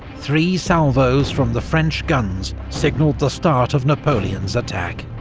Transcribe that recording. three salvos from the french guns signalled the start of napoleon's attack.